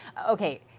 okay,